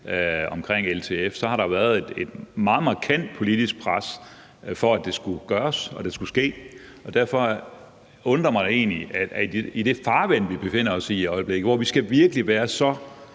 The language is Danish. omkring LTF, været et meget markant politisk pres for, at det skulle gøres og det skulle ske. Derfor undrer det mig egentlig, at regeringen i det farvand, vi befinder os i i øjeblikket, hvor vi virkelig skal være så